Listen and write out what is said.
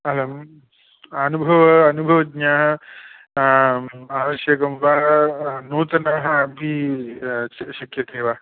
अहम् अनुभवज्ञः आवश्यकं वा नूतनः अपि शक्यते वा